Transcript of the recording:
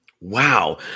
Wow